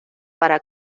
para